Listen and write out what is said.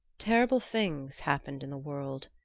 terrible things happened in the world.